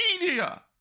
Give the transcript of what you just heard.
media